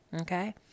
Okay